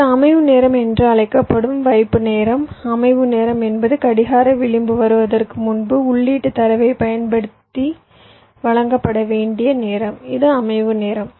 இது அமைவு நேரம் என்று அழைக்கப்படும் வைப்பு நேரம் அமைவு நேரம் என்பது கடிகார விளிம்பு வருவதற்கு முன்பு உள்ளீட்டு தரவைப் பயன்படுத்த வழங்கப்பட வேண்டிய நேரம் இது அமைவு நேரம்